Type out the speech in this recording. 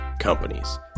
companies